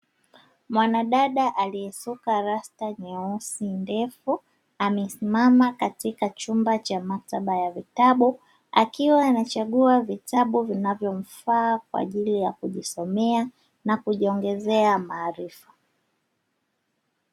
Mwanadada aliyesuka rasta nyeusi ndefu, amesimama katika chumba cha maktaba ya vitabu. Akiwa anachagua vitabu vinavyomfaa kwa ajili ya kujisomea na kujiongezea maarifa.